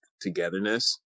togetherness